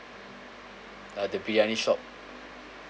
uh the biryani shop